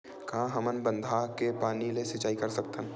का हमन बांधा के पानी ले सिंचाई कर सकथन?